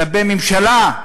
כלפי הממשלה,